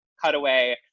cutaway